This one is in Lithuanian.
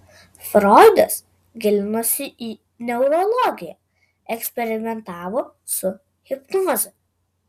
froidas gilinosi į neurologiją eksperimentavo su hipnoze